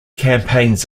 campaigns